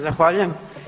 Zahvaljujem.